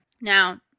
Now